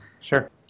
Sure